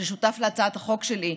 ששותף להצעת החוק שלי,